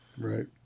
Right